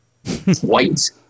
white